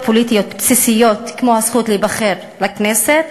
פוליטיות בסיסיות כמו הזכות להיבחר לכנסת,